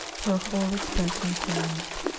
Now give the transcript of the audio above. her whole expression changed.